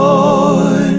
Lord